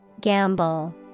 Gamble